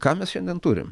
ką mes šiandien turim